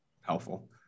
helpful